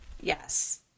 Yes